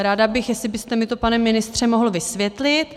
Ráda bych, jestli byste mi to, pane ministře, mohl vysvětlit.